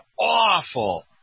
awful